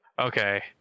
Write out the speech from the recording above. okay